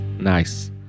nice